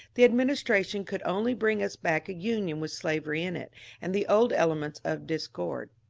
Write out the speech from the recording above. the administra tion could only bring us back a union with slavery in it and the old elements of discord.